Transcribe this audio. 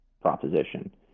proposition